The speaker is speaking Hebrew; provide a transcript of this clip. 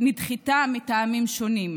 נדחתה מטעמים שונים.